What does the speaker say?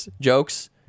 jokes